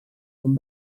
són